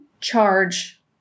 charge